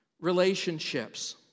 relationships